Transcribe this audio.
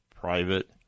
private